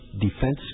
Defense